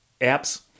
apps